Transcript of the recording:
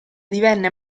divenne